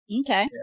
okay